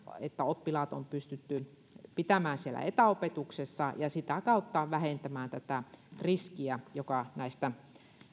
että oppilaat on pystytty pitämään siellä etäopetuksessa ja sitä kautta vähentämään tätä riskiä joka näistä